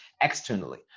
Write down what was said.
externally